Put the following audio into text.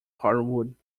hardwood